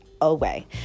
away